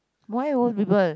why old people